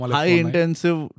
high-intensive